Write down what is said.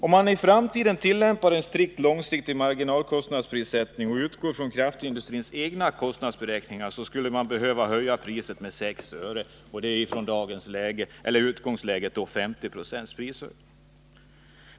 Om man i framtiden tillämpar en strikt långsiktig marginalkostnadsprissättning, skulle med utgångspunkt i kraftindustrins egna beräkningar alltså elpriset behöva höjas med 6 öre, vilket i dagens läge skulle betyda 50 96 prishöjning.